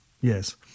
Yes